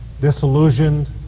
disillusioned